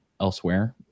elsewhere